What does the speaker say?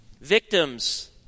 Victims